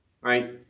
right